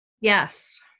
Yes